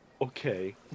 Okay